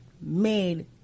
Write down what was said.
made